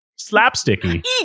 slapsticky